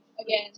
again